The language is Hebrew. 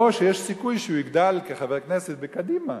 או שיש סיכוי שהוא יגדל כחבר כנסת בקדימה